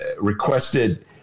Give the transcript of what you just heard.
requested